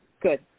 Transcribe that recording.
Good